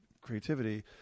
creativity